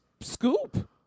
scoop